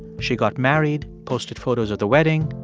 she got married, posted photos of the wedding.